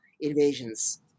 invasions